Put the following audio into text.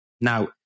Now